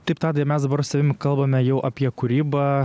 taip tadai mes dabar su tavim kalbame jau apie kūrybą